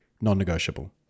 non-negotiable